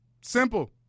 Simple